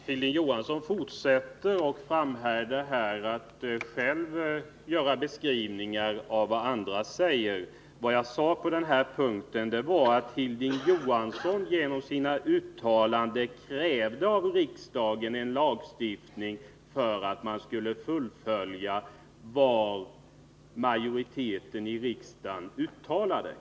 Herr talman! Hilding Johansson framhärdar i att göra egna beskrivningar av vad andra säger. Vad jag sade på den här punkten var att Hilding Johansson genom sina uttalanden av riksdagen krävde en lagstiftning för att man inom socialdemokratin skulle följa vad riksdagens majoritet uttalar.